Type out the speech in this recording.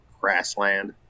grassland